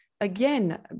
again